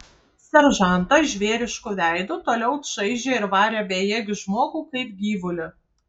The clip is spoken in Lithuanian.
seržantas žvėrišku veidu toliau čaižė ir varė bejėgį žmogų kaip gyvulį